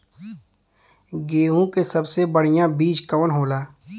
गेहूँक सबसे बढ़िया बिज कवन होला?